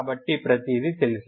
కాబట్టి ప్రతిదీ తెలుసు